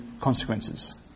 consequences